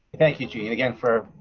thank you, gene, again, for,